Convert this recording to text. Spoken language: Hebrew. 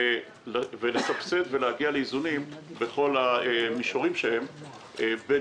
לסבסד ולהגיע לאיזונים בכל המישורים שהם בין